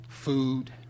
Food